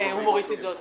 הישיבה נעולה.